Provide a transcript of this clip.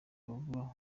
buvuga